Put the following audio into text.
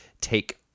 take